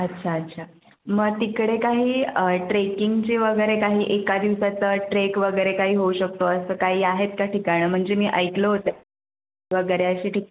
अच्छा अच्छा मग तिकडे काही ट्रेकिंगचे वगैरे काही एका दिवसाचं ट्रेक वगैरे काही होऊ शकतो असं काही आहेत का ठिकाणं म्हणजे मी ऐकलं होतं वगैरे अशी ठिक